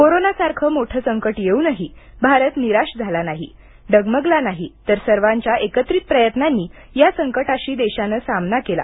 कोरोनासारखे मोठे संकट येऊनही भारत निराश झाला नाही डगमगला नाही तर सर्वांच्या एकत्रित प्रयत्नांनी या संकटाशी देशाने सामना केला